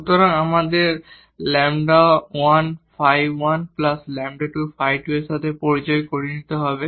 সুতরাং আমাদের λ1 ϕ1λ2ϕ2 সাথে পরিচয় করিয়ে দিতে হবে